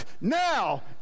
now